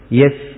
yes